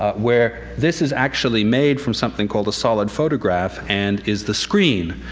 ah where this is actually made from something called a solid photograph and is the screen.